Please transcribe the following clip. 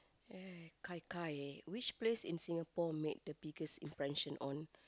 ya kai kai which place in Singapore made the biggest impression on